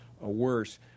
worse